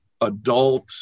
adult